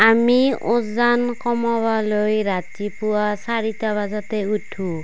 আমি ওজন কমাবলৈ ৰাতিপুৱা চাৰিটা বজাতে উঠো